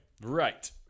right